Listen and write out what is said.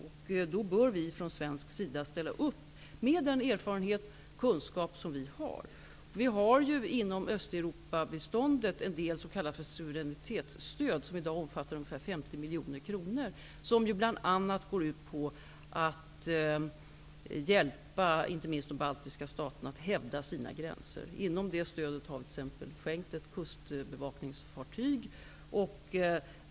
Sverige bör då ställa upp med den erfarenhet och kunskap som finns här. Inom Östeuropabiståndet finns det en del som kallas för suveränitetsstödet. Det omfattar i dag ungefär 50 miljoner kronor, och det går ut på att hjälpa länderna, inte minst de baltiska staterna, att hävda sina gränser. Inom ramen för det stödet har Sverige exempelvis skänkt ett kustbevakningsfartyg.